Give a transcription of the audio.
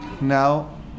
Now